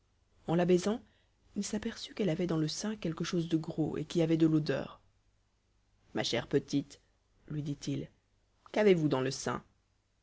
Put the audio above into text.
en la baisant il s'aperçut qu'elle avait dans le sein quelque chose de gros et qui avait de l'odeur ma chère petite lui dit-il qu'avez-vous dans le sein